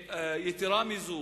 יתירה מזאת,